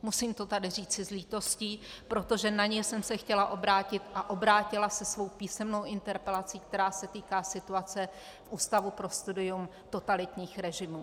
Musím to tady říci s lítostí, protože na něj jsem se chtěla obrátit a obrátila se svou písemnou interpelací, která se týká situace v Ústavu pro studium totalitních režimů.